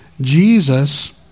Jesus